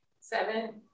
Seven